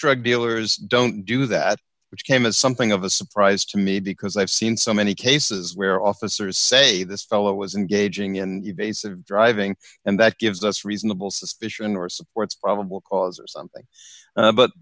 drug dealers don't do that which came as something of a surprise to me because i've seen so many cases where officers say this fellow was engaging and you base of driving and that gives us reasonable suspicion or supports probable cause or something but